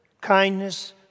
kindness